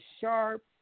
sharp